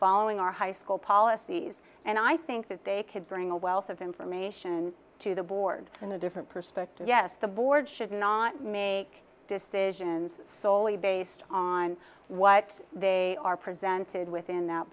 following our high school policies and i think that they could bring a wealth of information to the board in a different perspective yes the board should not make decisions solely based on what they are presented with in that